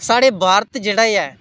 साढ़ा भारत जेह्ड़ा ऐ